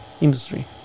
industry